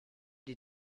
die